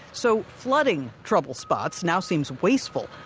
so flooding trouble spots now seems wasteful.